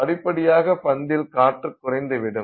படிப்படியாக பந்தில் காற்று குறைந்துவிடும்